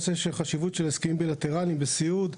הנושא של חשיבות של הסכמים בילטרליים בסיעוד.